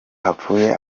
hapfuye